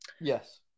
Yes